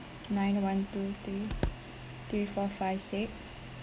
nine one two three three four five six